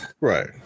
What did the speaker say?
Right